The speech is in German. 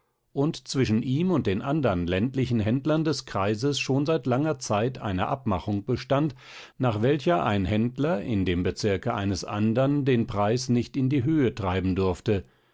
und zwischen ihm und den andern ländlichen händlern des kreises schon seit langer zeit eine abmachung bestand nach welcher ein händler in dem bezirke eines andern den preis nicht in die höhe treiben durfte